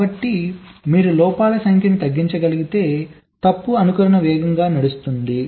కాబట్టి మీరు లోపాల సంఖ్యను తగ్గించగలిగితే తప్పు అనుకరణ వేగంగా నడుస్తుంది